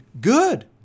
good